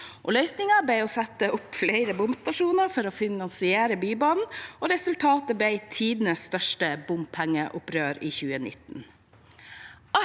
Løsningen ble å sette opp flere bomstasjoner for å finansiere Bybanen, og resultatet ble tidenes største bompengeopprør i 2019.